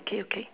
K okay